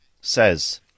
says